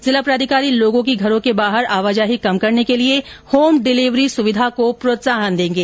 जिला प्राधिकारी लोगों की घरों के बाहर आवाजाही कम करने के लिए होम डिलिवरी सुविधा को प्रोत्साहन देंगे